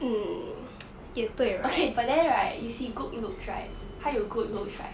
okay but then right you see good looks right 他有 good looks right